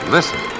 Listen